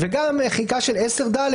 וגם מחיקה של 10(ד),